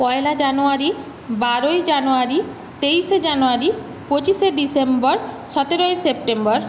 পয়লা জানুয়ারি বারোই জানুয়ারি তেইশে জানুয়ারি পঁচিশে ডিসেম্বর সতেরোই সেপ্টেম্বর